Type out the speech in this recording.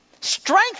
strength